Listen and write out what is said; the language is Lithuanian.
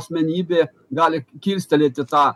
asmenybė gali kilstelėti tą